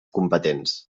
competents